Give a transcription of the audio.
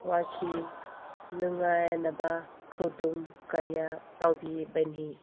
ꯋꯥꯈꯤ ꯅꯨꯡꯉꯥꯏꯅ ꯈꯨꯗꯨꯝ ꯀꯌꯥ ꯇꯧꯕꯤꯕꯅꯤ